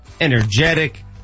energetic